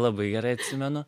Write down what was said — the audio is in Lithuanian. labai gerai atsimenu